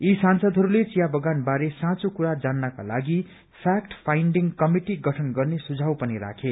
यी सांसदहस्ले चिया बगानबारे साँचो कुरा जात्रको लागि फ्याक्ट फाइण्डिंग कमिटि गठन गर्ने सुझाव पनि राखे